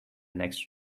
next